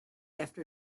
after